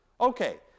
Okay